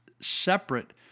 separate